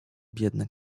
biedny